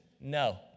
no